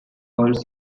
also